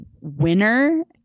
winner